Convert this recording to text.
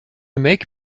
make